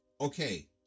okay